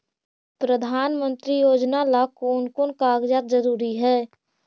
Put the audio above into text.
प्रधानमंत्री योजना ला कोन कोन कागजात जरूरी है?